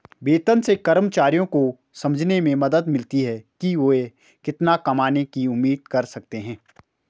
वेतन से कर्मचारियों को समझने में मदद मिलती है कि वे कितना कमाने की उम्मीद कर सकते हैं